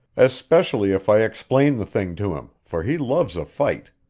especially if i explain the thing to him, for he loves a fight.